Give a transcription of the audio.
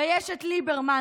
ויש ליברמן,